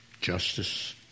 Justice